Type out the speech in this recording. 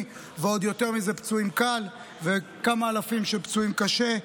ועוד יותר מזה פצועים קל וכמה אלפים של פצועים קשה.